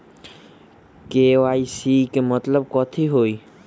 KYC के मतलब कथी होई?